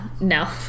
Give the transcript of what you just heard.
no